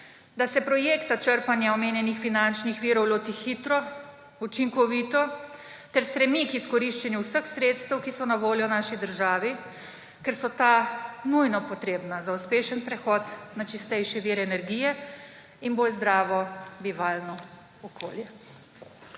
da se projekta črpanja omenjenih finančnih virov loti hitro, učinkovito ter stremi k izkoriščanju vseh sredstev, ki so na voljo v naši državi, ker so ta nujno potrebna za uspešen prehod na čistejše vire energije in bolj zdravo bivalno okolje.